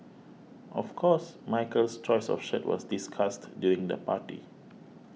of course Michael's choice of shirt was discussed during the party